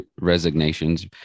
resignations